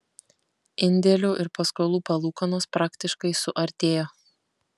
indėlių ir paskolų palūkanos praktiškai suartėjo